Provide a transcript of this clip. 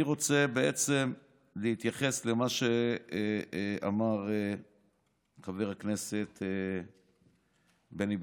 אני רוצה להתייחס בעצם למה שאמר חבר הכנסת בני בגין.